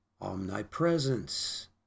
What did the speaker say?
omnipresence